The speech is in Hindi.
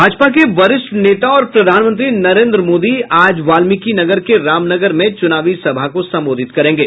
भाजपा के वरिष्ठ नेता और प्रधानमंत्री नरेन्द्र मोदी आज वाल्मिकीनगर के रामनगर में चुनावी सभा को संबोधित करेंगे